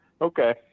Okay